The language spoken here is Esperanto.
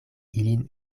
ilin